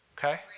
Okay